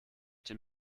den